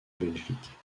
belgique